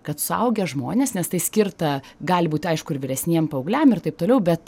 kad suaugę žmonės nes tai skirta gali būti aišku ir vyresniem paaugliam ir taip toliau bet